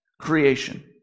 creation